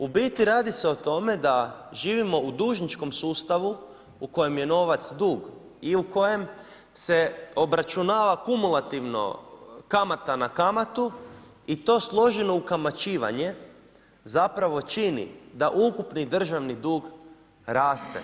U biti radi se o tome da živimo u dužničkom sustavu u kojem je novac dug i u kojem se obračunava kumulativno kamata na kamatu i to složeno ukamaćivanje zapravo čini da ukupni državni dug raste.